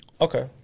Okay